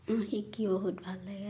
মই শিকি বহুত ভাল লাগে